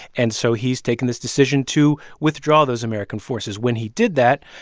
and so he's taken this decision to withdraw those american forces. when he did that,